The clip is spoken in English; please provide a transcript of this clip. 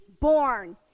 born